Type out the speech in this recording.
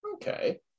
okay